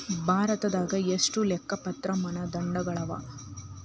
ಭಾರತದಾಗ ಎಷ್ಟ ಲೆಕ್ಕಪತ್ರ ಮಾನದಂಡಗಳವ?